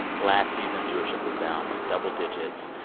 last season, viewership was down by double digits.